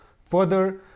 Further